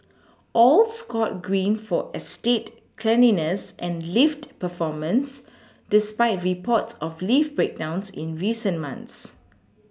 all scored green for estate cleanliness and lift performance despite reports of lift breakdowns in recent months